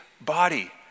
body